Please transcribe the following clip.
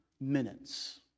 minutes